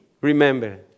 remember